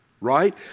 right